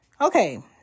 Okay